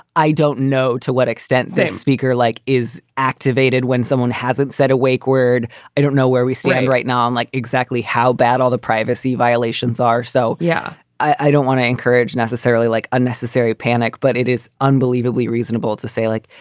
i don't know to what extent this speaker like is activated when someone hasn't said awake word. i don't know where we stand right now on like exactly how bad all the privacy violations are. so, yeah, i don't want to encourage necessarily like unnecessary panic, but it is unbelievably reasonable to say like,